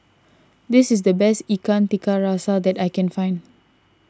this is the best Ikan Tiga Rasa that I can find